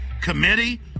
Committee